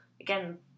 Again